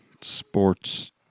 sports